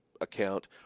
account